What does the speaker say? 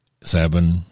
seven